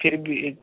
फिर भी एक